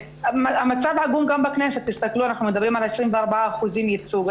המצב עגום גם בכנסת, אנחנו מדברים על 24% ייצוג.